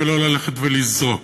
ולא ללכת ולזרוק